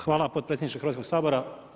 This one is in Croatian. Hvala potpredsjedniče Hrvatskoga sabora.